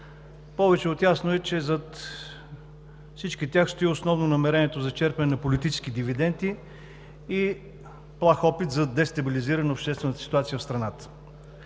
повече от ясно е, че зад всички тях стои основно намерението за черпене на политически дивиденти и плах опит за дестабилизиране на обществената ситуация в страната.